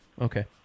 Okay